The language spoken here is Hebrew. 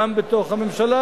גם בתוך הממשלה,